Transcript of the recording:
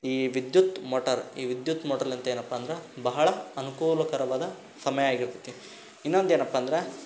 ಈ ವಿದ್ಯುತ್ ಮೋಟಾರ್ ಈ ವಿದ್ಯುತ್ ಮೋಟ್ರ್ಲಿಂದ ಏನಪ್ಪ ಅಂದ್ರೆ ಬಹಳ ಅನುಕೂಲಕರವಾದ ಸಮಯ ಆಗಿರ್ತೈತಿ ಇನ್ನೊಂದು ಏನಪ್ಪ ಅಂದ್ರೆ